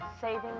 saving